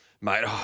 mate